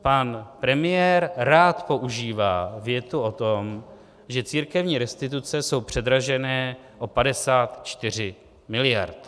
Pan premiér rád používá větu o tom, že církevní restituce jsou předražené o 54 mld.